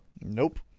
nope